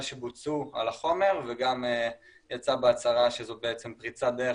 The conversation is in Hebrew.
שבוצעו על החומר וגם יצא בהצהרה שזו בעצם פריצת דרך